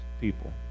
people